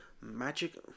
magic